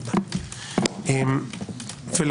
רוצה שתקריא שוב.